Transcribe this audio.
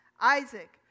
Isaac